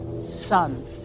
Son